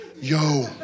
Yo